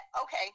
okay